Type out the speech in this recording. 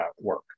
work